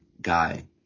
guy